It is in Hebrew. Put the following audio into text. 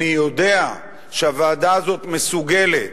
אני יודע שהוועדה הזאת מסוגלת